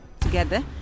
together